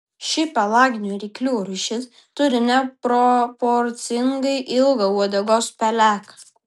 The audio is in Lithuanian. ši pelaginių ryklių rūšis turi neproporcingai ilgą uodegos peleką